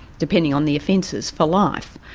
depending on the offences, for life.